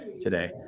today